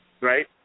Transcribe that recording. right